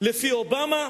לפי אובמה,